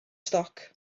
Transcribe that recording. stoc